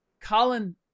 Colin